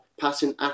Passing